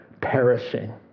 perishing